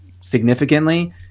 significantly